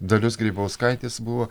dalios grybauskaitės buvo